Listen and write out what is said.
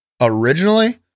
Originally